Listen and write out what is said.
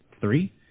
three